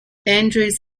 andrews